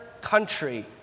country